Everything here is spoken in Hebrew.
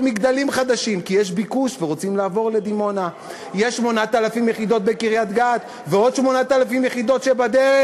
לילדים עד גיל 12. זה ליצמן.